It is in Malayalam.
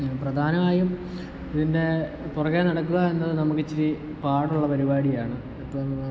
പ്രധാനമായും ഇതിൻ്റെ പുറകേ നടക്കുക എന്നത് നമുക്ക് ഇച്ചിരി പാടുള്ള പരിപാടിയാണ് ഇപ്പം